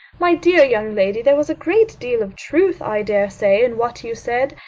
my dear young lady, there was a great deal of truth, i dare say, in what you said,